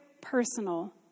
personal